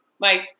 Mike